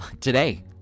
today